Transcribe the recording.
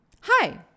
Hi